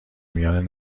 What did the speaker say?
میان